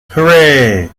hooray